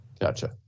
Gotcha